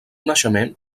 naixement